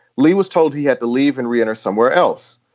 leigh was told he had to leave and re-enter somewhere else.